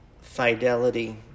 Fidelity